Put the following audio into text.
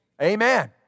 amen